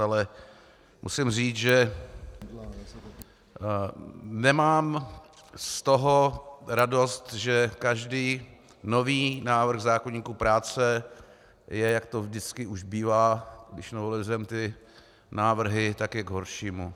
Ale musím říct, že nemám z toho radost, že každý nový návrh v zákoníku práce je, jak to vždycky už bývá, když neotevřeme ty návrhy, tak je k horšímu.